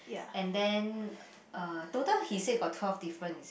and then uh total he say got twelve different